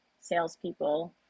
salespeople